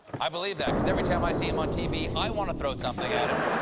i believe that because every time i see him on tv, i want to throw something at him.